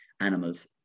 animals